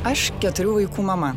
aš keturių vaikų mama